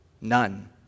None